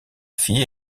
fille